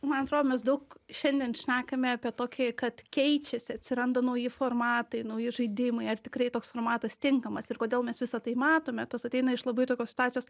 man atrodo mes daug šiandien šnekame apie tokį kad keičiasi atsiranda nauji formatai nauji žaidimai ar tikrai toks formatas tinkamas ir kodėl mes visa tai matome tas ateina iš labai tokios situacijos